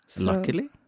Luckily